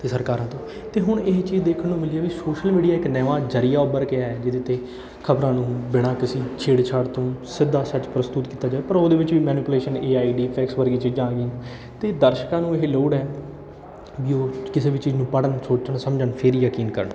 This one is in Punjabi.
ਅਤੇ ਸਰਕਾਰਾਂ ਤੋਂ ਅਤੇ ਹੁਣ ਇਹ ਚੀਜ਼ ਦੇਖਣ ਨੂੰ ਮਿਲੀ ਹੈ ਵੀ ਸ਼ੋਸ਼ਲ ਮੀਡੀਆ ਇੱਕ ਨਵਾਂ ਜ਼ਰੀਆ ਉੱਭਰ ਕੇ ਆਇਆ ਜਿਹਦੇ 'ਤੇ ਖ਼ਬਰਾਂ ਨੂੰ ਬਿਨਾਂ ਕਿਸੀ ਛੇੜਛਾੜ ਤੋਂ ਸਿੱਧਾਂ ਸੱਚ ਪ੍ਰਸਤੂਤ ਕੀਤਾ ਜਾਏ ਪਰ ਉਹਦੇ ਵਿੱਚ ਵੀ manipulation A I deepfakes ਵਰਗੀਆ ਚੀਜ਼ਾਂ ਆ ਗਈਆਂ ਅਤੇ ਦਰਸ਼ਕਾਂ ਨੂੰ ਇਹ ਲੋੜ ਹੈ ਵੀ ਉਹ ਕਿਸੇ ਵੀ ਚੀਜ਼ ਨੂੰ ਪੜ੍ਹਨ ਸੋਚਣ ਸਮਝਣ ਫਿਰ ਹੀ ਯਕੀਨ ਕਰਨ